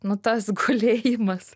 nu tas gulėjimas